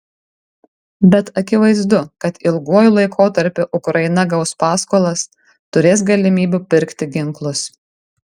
bet akivaizdu kad ilguoju laikotarpiu ukraina gaus paskolas turės galimybių pirkti ginklus